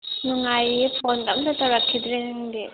ꯅꯨꯡꯉꯥꯏꯔꯤꯌꯦ ꯐꯣꯟꯒ ꯑꯝꯇ ꯇꯧꯔꯛꯈꯤꯗ꯭ꯔꯦ ꯅꯪꯗꯤ